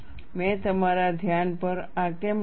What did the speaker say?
મેં તમારા ધ્યાન પર આ કેમ લાવ્યા